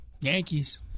Yankees